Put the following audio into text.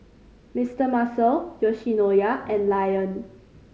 Mister Muscle Yoshinoya and Lion